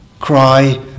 Cry